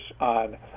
on